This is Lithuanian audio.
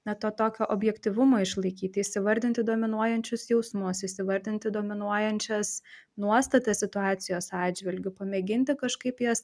na to tokio objektyvumo išlaikyti įsivardinti dominuojančius jausmus įsivardinti dominuojančias nuostatas situacijos atžvilgiu pamėginti kažkaip jas